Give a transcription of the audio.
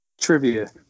Trivia